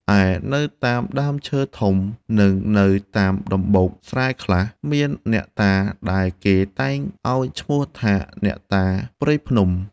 ឯនៅតាមដើមឈើធំ និងនៅតាមដំបូកមុមស្រែខ្លះ មានអ្នកតាដែលគេតែងឱ្យឈ្មោះថា អ្នកតាព្រះភូមិ។